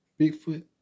Bigfoot